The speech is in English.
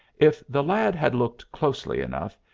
if the lad had looked closely enough,